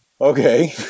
Okay